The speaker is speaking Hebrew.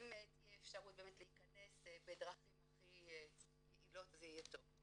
ואם תהיה אפשרות להכנס בדרכים הכי יעילות זה יהיה טוב.